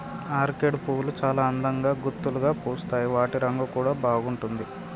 orchid పువ్వులు చాల అందంగా గుత్తులుగా పూస్తాయి వాటి రంగు కూడా బాగుంటుంది